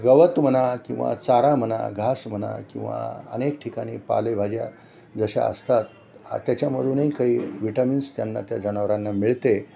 गवत म्हणा किंवा चारा म्हणा घास म्हणा किंवा अनेक ठिकाणी पालेभाज्या जशा असतात त्याच्यामधूनही काही व्हिटॅमिन्स त्यांना त्या जनावरांना मिळते